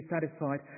satisfied